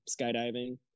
skydiving